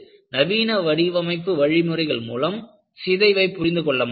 நவீன வடிவமைப்பு வழிமுறைகள் மூலம் சிதைவை புரிந்துகொள்ளமுடியும்